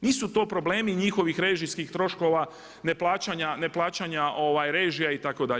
Nisu to problemi njihovih režijskih troškova, ne plaćanja režije itd.